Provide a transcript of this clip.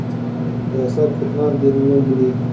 पैसा केतना दिन में मिली?